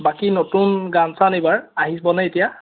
বাকী নতুন গান চান এইবাৰ আহিবনে এতিয়া